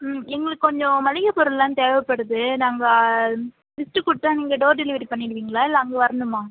ம் எங்களுக்கு கொஞ்சம் மளிகை பொருள்லாம் தேவைப்படுது நாங்கள் லிஸ்ட் கொடுத்தா நீங்கள் டோர் டெலிவரி பண்ணிடுவிங்களா இல்லை அங்கே வரணுமா